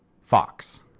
fox